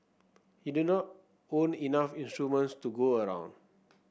he did not own enough instruments to go around